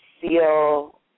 feel